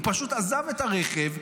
הוא פשוט עזב את הרכב וזהו,